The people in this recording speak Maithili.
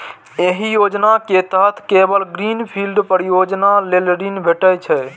एहि योजना के तहत केवल ग्रीन फील्ड परियोजना लेल ऋण भेटै छै